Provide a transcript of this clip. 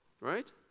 right